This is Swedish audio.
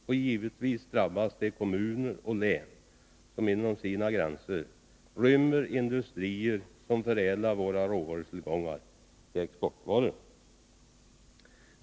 Och givetvis drabbas de kommuner och län som inom sina gränser rymmer industrier som förädlar våra råvarutillgångar till exportvaror.